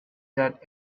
that